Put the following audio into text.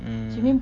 mm